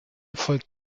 folgte